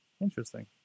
Interesting